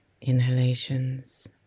inhalations